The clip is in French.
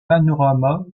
panorama